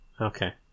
Okay